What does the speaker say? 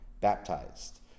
baptized